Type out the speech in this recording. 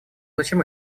зачем